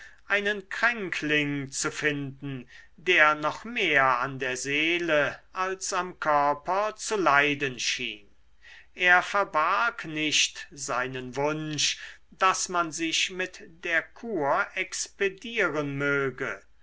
einen kränkling zu finden der noch mehr an der seele als am körper zu leiden schien er verbarg nicht seinen wunsch daß man sich mit der kur expedieren möge